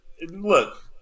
look